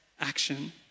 action